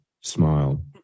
smile